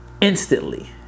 instantly